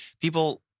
People